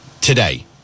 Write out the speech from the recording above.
today